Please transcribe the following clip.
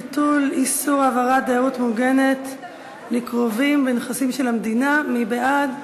ביטול איסור העברת דיירות מוגנת לקרובים בנכסים של המדינה) מי בעד?